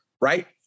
right